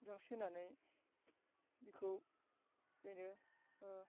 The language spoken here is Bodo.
उदांस्रि होनानै बिखौ बेनो ओ